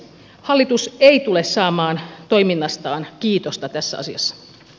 hallitus ei tule saamaan toiminnastaan kiitosta tässä asiassa